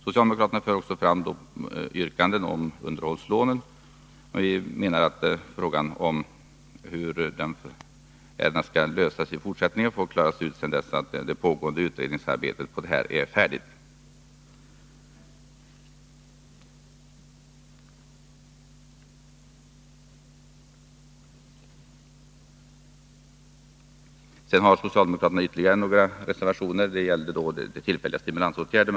Socialdemokraterna har vidare ett yrkande som gäller underhållslånen. Vi menar att frågan om hur detta skall lösas i fortsättningen får klaras ut när pågående utredningsarbete är färdigt. Sedan har socialdemokraterna ytterligare några reservationer, bl.a. en beträffande tillfälliga stimulansåtgärder.